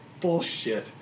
bullshit